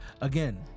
Again